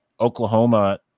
Oklahoma